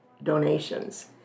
donations